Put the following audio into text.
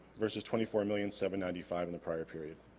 versus twenty four million seven ninety five in the prior period